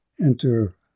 Enter